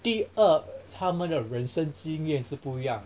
第二他们的人生经验是不一样